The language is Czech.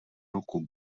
ruku